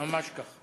ממש כך.